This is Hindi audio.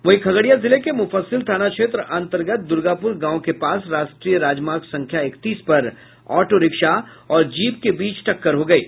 वहीं खगड़िया जिले के मुफस्सिल थाना क्षेत्र अन्तर्गत के दूर्गापूजा गांव के पास राष्ट्रीय राजमार्ग संख्या इकतीस पर ऑटो रिक्शा और जीप के बीच टक्कर हो गयी